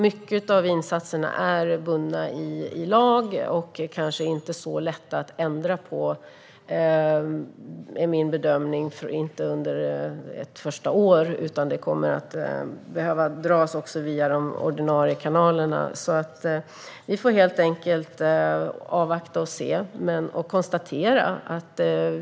Många av insatserna är bundna i lag och kanske inte så lätta att ändra på, enligt min bedömning, under ett första år. Det kommer att behöva dras via de ordinarie kanalerna. Vi får helt enkelt avvakta och se.